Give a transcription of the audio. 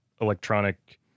electronic